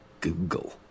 Google